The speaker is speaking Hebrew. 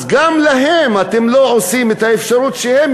אז גם להם אתם לא עושים את האפשרות שהם